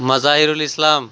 Mazahirul Islam